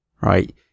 Right